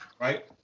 right